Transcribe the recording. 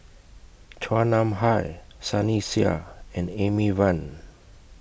Chua Nam Hai Sunny Sia and Amy Van